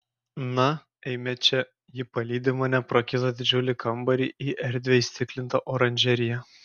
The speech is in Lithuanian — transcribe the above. na eime čia ji palydi mane pro kitą didžiulį kambarį į erdvią įstiklintą oranžeriją